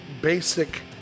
basic